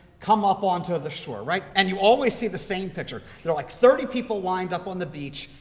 come up onto the shore, right? and you always see the same picture. there are like thirty people lined up on the beach,